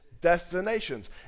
destinations